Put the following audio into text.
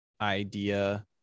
idea